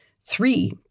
Three